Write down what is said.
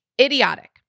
idiotic